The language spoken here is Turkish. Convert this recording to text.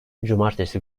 cumartesi